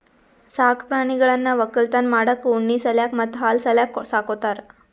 ಸಾಕ್ ಪ್ರಾಣಿಗಳನ್ನ್ ವಕ್ಕಲತನ್ ಮಾಡಕ್ಕ್ ಉಣ್ಣಿ ಸಲ್ಯಾಕ್ ಮತ್ತ್ ಹಾಲ್ ಸಲ್ಯಾಕ್ ಸಾಕೋತಾರ್